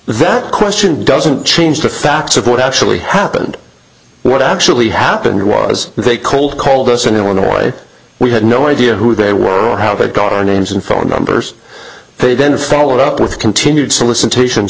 that question doesn't change the facts of what actually happened what actually happened was they call called us in illinois we had no idea who they were or how they got our names and phone numbers they then followed up with continued solicitations